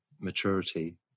maturity